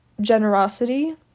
generosity